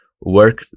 work